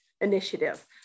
initiative